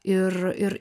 ir ir